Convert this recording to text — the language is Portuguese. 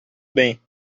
bem